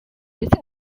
its